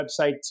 website